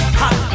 hot